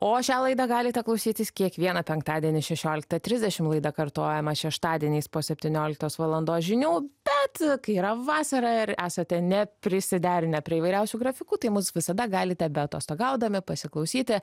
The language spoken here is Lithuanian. o šią laidą galite klausytis kiekvieną penktadienį šešioliktą trisdešim laida kartojama šeštadieniais po septynioliktos valandos žinių bet kai yra vasara ir esate neprisiderinę prie įvairiausių grafikų tai mus visada galite be atostogaudami pasiklausyti